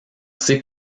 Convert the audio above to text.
sait